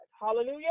Hallelujah